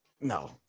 no